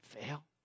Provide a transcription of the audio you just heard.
fail